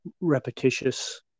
repetitious